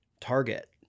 Target